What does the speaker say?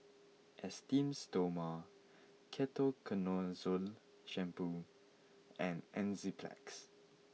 Esteem Stoma Ketoconazole Shampoo and Enzyplex